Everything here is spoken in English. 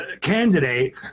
candidate